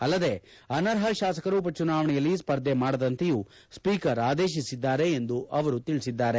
ಅಲ್ಲದೇ ಅನರ್ಹ ಶಾಸಕರು ಉಪಚುನಾವಣೆಯಲ್ಲಿ ಸ್ಪರ್ಧೆ ಮಾಡದಂತೆಯೂ ಸ್ವೀಕರ್ ಆದೇಶಿಸಿದ್ದಾರೆ ಎಂದು ತಿಳಿಸಿದ್ದಾರೆ